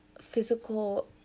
physical